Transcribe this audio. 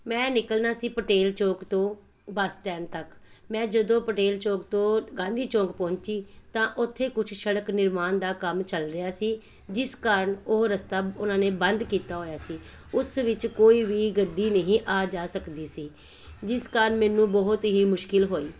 ਮੈਂ ਨਿਕਲਣਾ ਸੀ ਪਟੇਲ ਚੌਂਕ ਤੋਂ ਬੱਸ ਸਟੈਂਡ ਤੱਕ ਮੈਂ ਜਦੋਂ ਪਟੇਲ ਚੌਂਕ ਤੋਂ ਗਾਂਧੀ ਚੌਂਕ ਪਹੁੰਚੀ ਤਾਂ ਉੱਥੇ ਕੁਛ ਸੜਕ ਨਿਰਮਾਣ ਦਾ ਕੰਮ ਚੱਲ ਰਿਹਾ ਸੀ ਜਿਸ ਕਾਰਣ ਉਹ ਰਸਤਾ ਉਹਨਾਂ ਨੇ ਬੰਦ ਕੀਤਾ ਹੋਇਆ ਸੀ ਉਸ ਵਿੱਚ ਕੋਈ ਵੀ ਗੱਡੀ ਨਹੀਂ ਆ ਜਾ ਸਕਦੀ ਸੀ ਜਿਸ ਕਾਰਣ ਮੈਨੂੰ ਬਹੁਤ ਹੀ ਮੁਸ਼ਕਿਲ ਹੋਈ